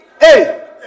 Hey